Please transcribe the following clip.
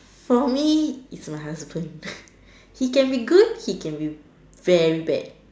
for me is my husband he can be good he can be very bad